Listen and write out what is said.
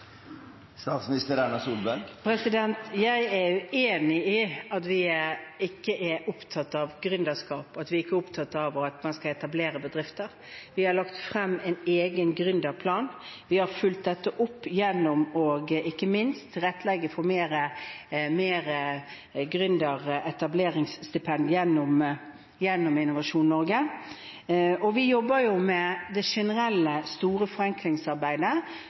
Jeg er uenig i at vi ikke er opptatt av gründerskap, at vi ikke er opptatt av at man skal etablere bedrifter. Vi har lagt frem en egen gründerplan, vi har fulgt dette opp gjennom ikke minst å tilrettelegge for flere gründeretableringsstipend gjennom Innovasjon Norge, og vi jobber med det generelle, store forenklingsarbeidet